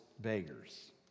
beggars